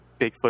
Bigfoot